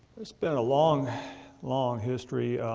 there's been a long, long history.